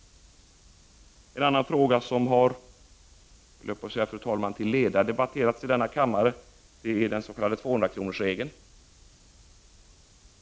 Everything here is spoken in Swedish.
En annan fråga — som har debatterats nästan till leda i denna kammare — är 200-kronorsregeln.